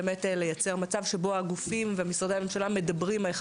לייצר מצב שבו הגופים ומשרדי הממשלה מדברים אחד